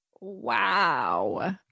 Wow